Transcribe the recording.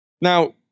Now